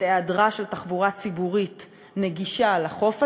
את היעדרה של תחבורה ציבורית נגישה לחוף הזה,